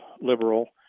liberal